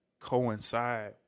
coincide